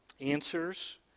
answers